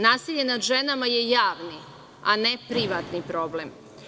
Nasilje nad ženama je javni, a ne privatni problem.